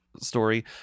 story